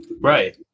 Right